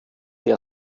der